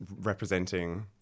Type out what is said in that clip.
representing